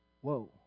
Whoa